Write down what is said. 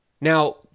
Now